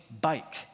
bike